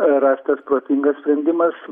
rastas protingas sprendimas